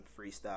freestyle